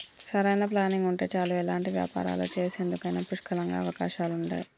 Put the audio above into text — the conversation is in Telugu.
సరైన ప్లానింగ్ ఉంటే చాలు ఎలాంటి వ్యాపారాలు చేసేందుకైనా పుష్కలంగా అవకాశాలుంటయ్యి